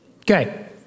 Okay